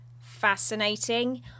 fascinating